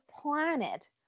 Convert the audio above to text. planet